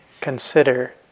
consider